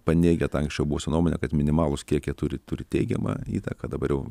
paneigia tą anksčiau buvusią nuomonę kad minimalūs kiekiai turi turi teigiamą įtaką dabar jau